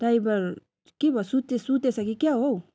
driver के भयो सुते सुतेछ कि क्या हौ